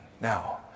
Now